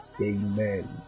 Amen